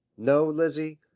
no, lizzy,